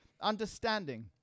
understanding